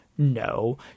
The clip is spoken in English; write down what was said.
No